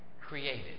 created